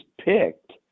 picked